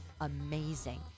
amazing